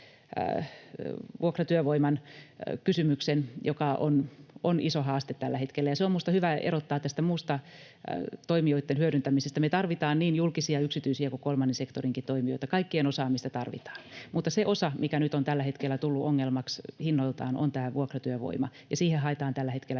vuokratyövoiman kysymyksen, joka on iso haaste tällä hetkellä, ja se on minusta hyvä erottaa tästä muusta toimijoitten hyödyntämisestä. Me tarvitaan niin julkisia, yksityisiä kuin kolmannen sektorinkin toimijoita, kaikkien osaamista tarvitaan, mutta se osa, mikä nyt on tällä hetkellä tullut ongelmaksi hinnoiltaan, on tämä vuokratyövoima, ja siihen haetaan tällä hetkellä